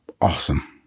Awesome